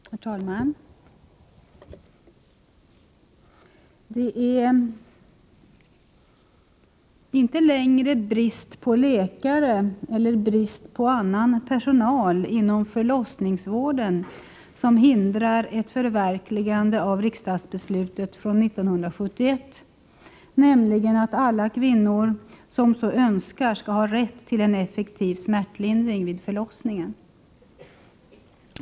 Herr talman! Det är inte längre brist på läkare eller annan personal inom förlossningsvården som förhindrar ett förverkligande av riksdagsbeslutet från 1971, innebärande att alla kvinnor som så önskar skall ha rätt till en effektiv smärtlindring vid förlossningen.